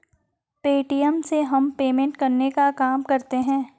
Paytm से हम payment करने का काम करते है